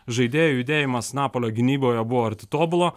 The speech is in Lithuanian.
žaidėjų judėjimas napalio gynyboje buvo arti tobulo